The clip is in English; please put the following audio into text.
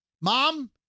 Mom